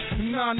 Nah